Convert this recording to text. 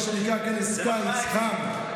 מה שנקרא כנס קיץ חם,